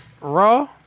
Raw